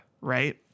Right